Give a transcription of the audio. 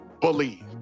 believe